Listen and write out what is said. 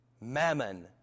mammon